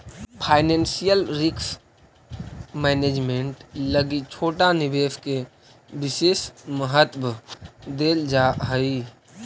financial risk management लगी छोटा निवेश के विशेष महत्व देल जा हई